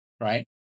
right